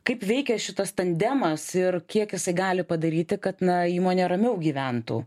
kaip veikia šitas tandemas ir kiek jisai gali padaryti kad na įmonė ramiau gyventų